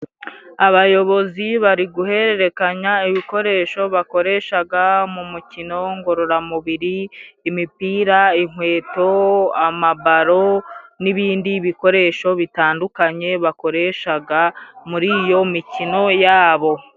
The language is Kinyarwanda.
Abayobozi bari guhererekanya ibikoresho bakoreshaga mu mukino ngororamubiri, imipira, inkweto, amabaro n'ibindi bikoresho bitandukanye bakoreshaga muri iyo mikino yabo.